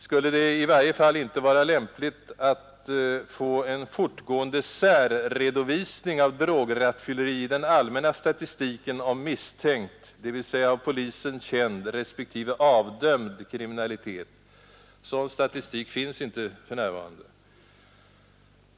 Skulle det i varje fall inte vara lämpligt att få en fortgående särredovisning av drograttfylleri i den allmänna statistiken om misstänkt, dvs. av polisen känd, respektive avdömd kriminalitet? Sådan statistik finns inte för närvarande.